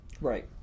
Right